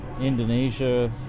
Indonesia